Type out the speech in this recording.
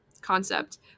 concept